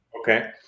Okay